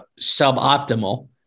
suboptimal